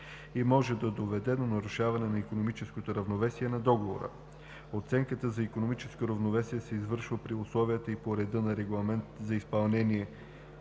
и може да доведе до нарушаване на икономическо равновесие на договора. Оценката на икономическото равновесие се извършва при условията и по реда на Регламент за изпълнение